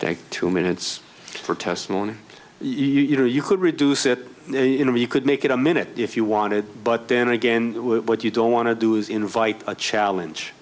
take two minutes for testimony you know you could reduce it you could make it a minute if you wanted but then again what you don't want to do is invite a challenge